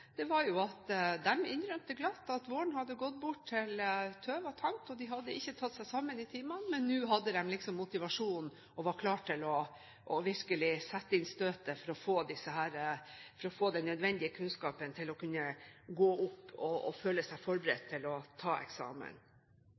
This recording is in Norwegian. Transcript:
at de innrømmet glatt at våren hadde gått bort til tøv og tant, og de hadde ikke tatt seg sammen i timene. Men nå hadde de liksom motivasjonen og var klare til virkelig å sette inn støtet for å få den nødvendige kunnskapen til å kunne gå opp og føle seg forberedt til å ta eksamen.